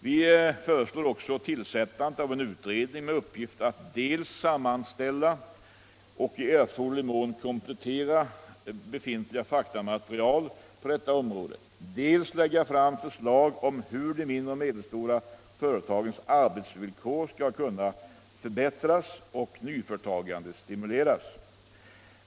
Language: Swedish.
Vi föreslår också tillsättandet av en utredning med uppgift att dels sammanställa och i erforderlig mån komplettera befintligt faktamaterial på detta område, dels lägga fram förslag om hur de mindre och medelstora företagens arbetsvillkor skall kunna förbättras och nyföretagandet stimuleras.